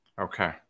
Okay